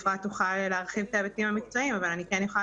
אפרת תוכל להרחיב בהיבטים המקצועיים אבל אני כן יכולה